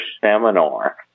seminar